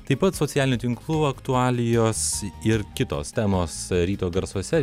taip pat socialinių tinklų aktualijos ir kitos temos ryto garsuose